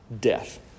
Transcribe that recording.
death